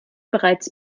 bereits